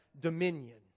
dominion